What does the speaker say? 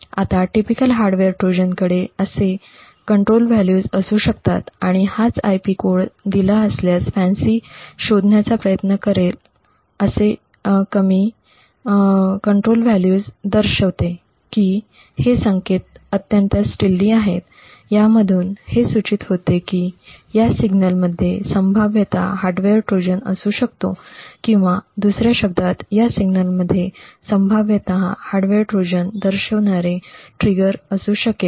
आता typical hardware ट्रोजनकडे असे नियंत्रण मूल्य असू शकतात आणि हाच IP कोड दिला असल्यास FANCI शोधण्याचा प्रयत्न करेल असे कमी नियंत्रण मूल्य दर्शवते की हे संकेत अत्यंत स्टिल्टथि आहेत यामधून हे सूचित होते की या सिग्नलमध्ये संभाव्यतः हार्डवेअर ट्रोजन असू शकतो किंवा दुसर्या शब्दांत या सिग्नलमध्ये संभाव्यतः हार्डवेअर ट्रोजन दर्शविणारे ट्रिगर असू शकेल